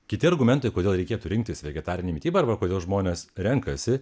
kiti argumentai kodėl reikėtų rinktis vegetarinę mitybą arba kodėl žmonės renkasi